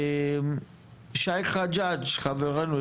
שי חג'ג' חברנו,